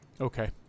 Okay